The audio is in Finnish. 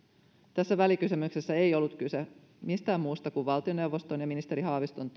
tässä välikysymyksessä ei ollut kyse mistään muusta kuin valtioneuvoston ja ministeri haaviston